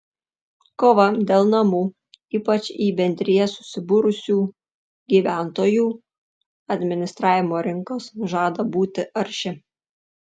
kova dėl namų ypač į bendrijas susibūrusių gyventojų administravimo rinkos žada būti arši